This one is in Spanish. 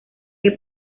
que